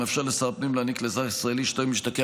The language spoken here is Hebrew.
המאפשר לשר הפנים להעניק לאזרח ישראלי שטרם השתקע